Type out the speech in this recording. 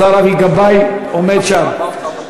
השר אבי גבאי עומד שם.